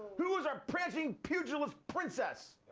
who was our prancing pugilist princess?